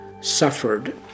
suffered